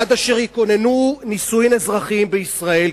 עד אשר יכוננו נישואים אזרחיים בישראל,